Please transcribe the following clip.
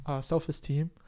self-esteem